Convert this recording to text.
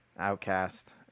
outcast